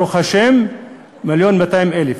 ברוך השם, מיליון ו-200,000?